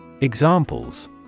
Examples